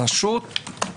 רשות,